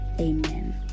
amen